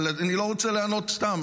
אבל אני לא רוצה לענות סתם.